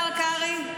השר קרעי,